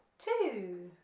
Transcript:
two